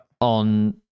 on